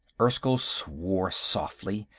erskyll swore softly,